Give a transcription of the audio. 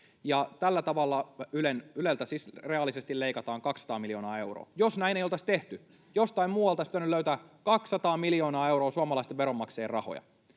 Tällä tavalla Yleltä siis reaalisesti leikataan 200 miljoonaa euroa. Jos näin ei oltaisi tehty, jostain muualta olisi pitänyt löytää 200 miljoonaa euroa suomalaisten veronmaksajien rahoja.